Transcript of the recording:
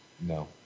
no